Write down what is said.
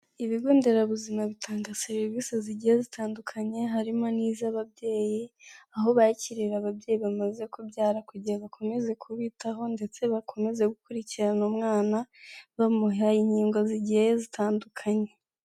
Ibigo nderabuzima bitanga serivisi zigiye zitandukanye harimo n'iz'ababyeyi aho bakirira ababyeyi bamaze kubyara kugira bakomeze kubitaho ndetse bakomeze gukurikirana umwana bamuha inkingo zigiye zitandukanye.